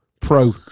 Pro